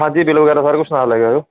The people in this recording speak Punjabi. ਹਾਂਜੀ ਬਿੱਲ ਵਗੈਰਾ ਸਾਰਾ ਕੁਝ ਨਾਲ ਲੈ ਆਇਓ